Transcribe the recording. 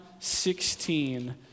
16